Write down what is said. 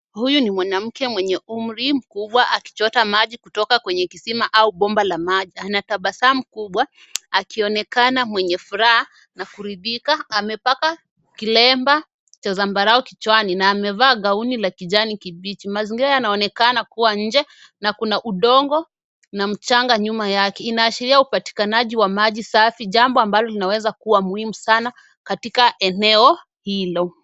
Huyu ni mwanamke mwenye umri mkubwa akichota maji kutoka kwenye kisima au bomba la maji. Anatabasamu kubwa akionekana mwenye furaha na kuridhika. Amepaka kilemba cha zambarau kichwani na amevaa gauni la kijani kibichi. Mazingira yanaonekana kuwa nje na kuna udongo na mchanga nyuma yake. Inaashiria upatikanaji wa maji safi jambo ambalo linaweza kuwa muhimu sana katika eneo hilo.